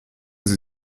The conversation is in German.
sie